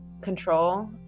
control